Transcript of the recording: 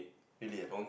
really ah